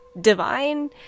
divine